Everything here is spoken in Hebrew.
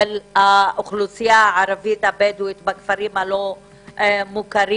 האוכלוסייה הערבית הבדואית בכפרים הלא מוכרים,